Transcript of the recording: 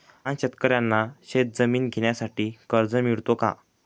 लहान शेतकऱ्यांना शेतजमीन घेण्यासाठी कर्ज मिळतो का?